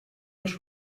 als